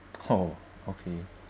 oh okay